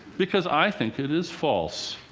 because i think it is false.